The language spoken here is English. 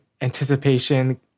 anticipation